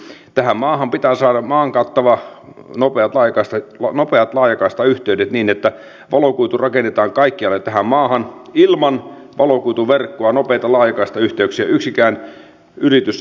haluan kuitenkin tässä vaiheessa nostaa esiin asian josta on ehkä tänään keskusteltu hieman vähemmän eli tämän hallituksen esityksen sosiaaliturvan leikkaamisesta tietyiltä väestöryhmiltä